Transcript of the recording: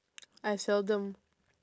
I seldom